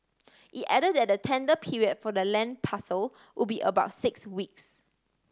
it add that the tender period for the land parcel would be about six weeks